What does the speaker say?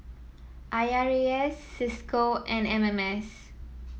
I R A S Cisco and M M S